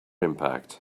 impact